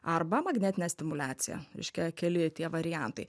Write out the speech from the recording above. arba magnetinė stimuliacija reiškia keli tie variantai